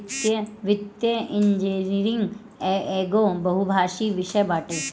वित्तीय इंजनियरिंग एगो बहुभाषी विषय बाटे